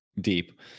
deep